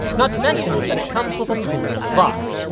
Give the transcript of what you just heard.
not to mention, that it comes with a cooler in the box.